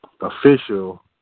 official